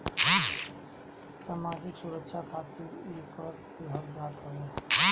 सामाजिक सुरक्षा खातिर इ कर देहल जात हवे